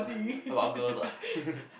about girls ah